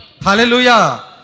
Hallelujah